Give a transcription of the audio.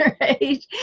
Right